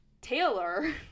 taylor